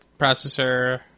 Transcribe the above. processor